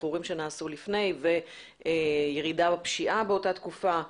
שחרורים שנעשו לפני וירידה בפשיעה באותה תקופה,